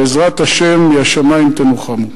בעזרת השם מהשמים תנוחמו.